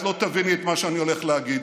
את לא תביני את מה שאני הולך להגיד,